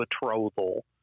betrothal